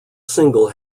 single